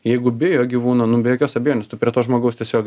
jeigu bijo gyvūno nu be jokios abejonės tu prie to žmogaus tiesiog